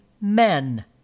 men